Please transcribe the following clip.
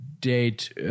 date